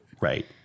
right